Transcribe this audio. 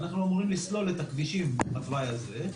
אנחנו אמורים לסלול את הכבישים בתוואי הזה,